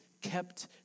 kept